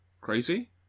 Crazy